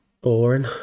boring